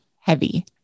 heavy